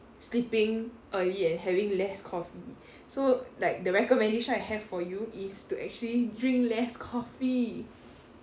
sleeping early and having less coffee so like the recommendation I have for you is to actually drink less coffee